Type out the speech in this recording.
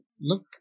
look